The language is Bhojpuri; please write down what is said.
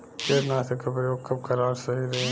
कीटनाशक के प्रयोग कब कराल सही रही?